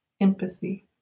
empathy